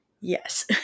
yes